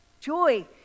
joy